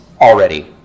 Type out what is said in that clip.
already